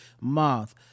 month